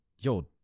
Yo